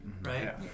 Right